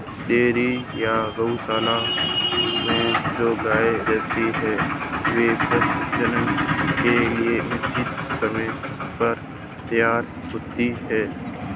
dairy या गोशालाओं में जो गायें रहती हैं, वे प्रजनन के लिए निश्चित समय पर तैयार होती हैं